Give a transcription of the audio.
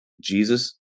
jesus